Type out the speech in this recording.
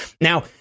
Now